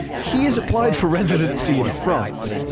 he has applied for residency in france.